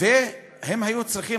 והם היו צריכים,